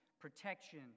protection